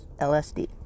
LSD